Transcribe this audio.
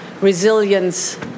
resilience